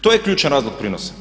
To je ključan razlog prinosa.